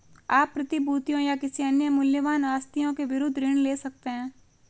आप प्रतिभूतियों या किसी अन्य मूल्यवान आस्तियों के विरुद्ध ऋण ले सकते हैं